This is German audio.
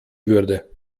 würde